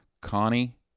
Connie